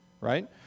Right